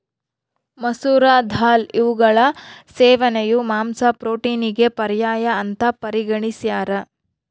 ಮಸೂರ ದಾಲ್ ಇವುಗಳ ಸೇವನೆಯು ಮಾಂಸ ಪ್ರೋಟೀನಿಗೆ ಪರ್ಯಾಯ ಅಂತ ಪರಿಗಣಿಸ್ಯಾರ